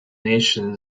nation